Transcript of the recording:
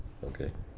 okay